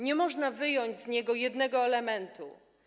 Nie można wyjąć z niego jednego elementu.